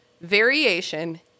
Variation